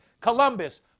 Columbus